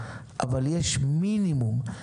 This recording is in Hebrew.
אבל יש מינימום,